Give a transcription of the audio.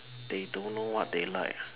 they don't know what they like ah